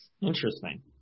Interesting